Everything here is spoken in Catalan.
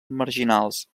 marginals